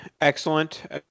excellent